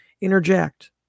Interject